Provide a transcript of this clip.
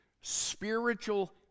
spiritual